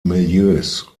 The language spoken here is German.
milieus